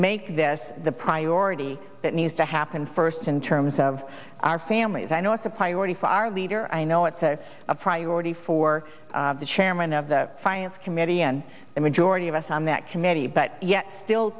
make this the priority that needs to happen first in terms of our families i know it's a priority for our leader i know it's a priority for the chairman of the finance committee and the majority of us on that committee but yet still